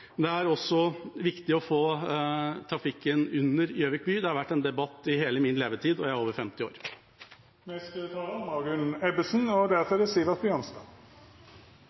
Det er også viktig å få trafikken under Gjøvik by. Det har vært en debatt i hele min levetid, og jeg er over 50 år. Jeg lover at dette er mitt siste innlegg fra Stortingets talerstol om samferdsel. Og